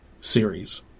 series